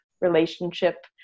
relationship